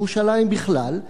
ירושלים בכלל,